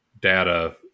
data